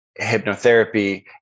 hypnotherapy